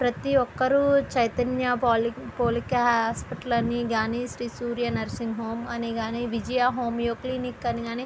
ప్రతి ఒక్కరూ చైతన్య పోలిక్ హాస్పిటల్ అని కాని సూర్య నర్సింగ్ హోమ్ కాని హోమియో క్లినిక్ అని కాని